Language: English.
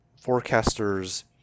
forecaster's